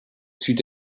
sud